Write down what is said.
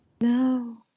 No